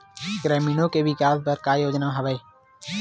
ग्रामीणों के विकास बर का योजना हवय?